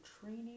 training